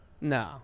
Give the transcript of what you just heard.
No